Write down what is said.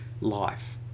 life